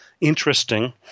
interesting